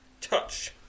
Touch